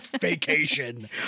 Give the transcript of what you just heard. vacation